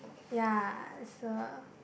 ya it's a